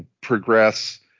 progress